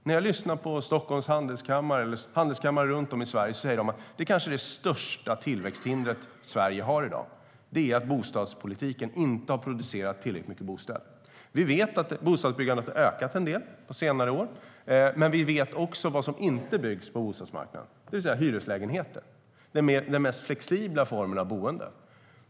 När jag lyssnar på Stockholms Handelskammare eller handelskamrar runt om i Sverige säger de: Det kanske största tillväxthinder som Sverige har i dag är att bostadspolitiken inte har producerat tillräckligt många bostäder. Vi vet att bostadsbyggandet har ökat en del under senare år. Men vi vet också vad som inte byggs på bostadsmarknaden: hyreslägenheter, den mest flexibla formen av boende.